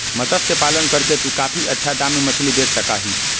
मत्स्य पालन करके तू काफी अच्छा दाम में मछली बेच सका ही